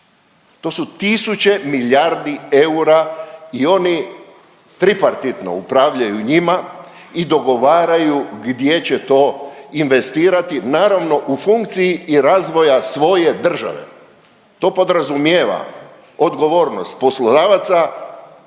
To su tisuće milijardi eura i oni tripartitno upravljaju njima i dogovaraju gdje će to investirati, naravno, u funkciji i razvoja svoje države. To podrazumijeva odgovornost poslodavaca,